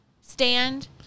stand